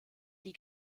die